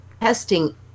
testing